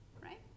right